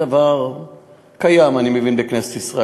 אני מבין שזה דבר קיים בכנסת ישראל.